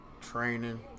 training